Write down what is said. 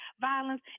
violence